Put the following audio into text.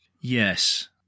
Yes